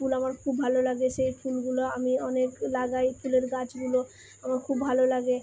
ফুল আমার খুব ভালো লাগে সেই ফুলগুলো আমি অনেক লাগাই ফুলের গাছগুলো আমার খুব ভালো লাগে